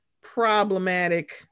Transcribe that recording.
problematic